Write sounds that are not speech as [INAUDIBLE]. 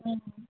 [UNINTELLIGIBLE]